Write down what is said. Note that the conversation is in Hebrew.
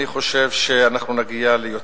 אני חושב שנגיע ליותר.